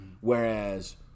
Whereas